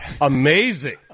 Amazing